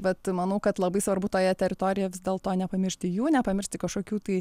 bet manau kad labai svarbu toje teritorijo vis dėlto nepamiršti jų nepamiršti kažkokių tai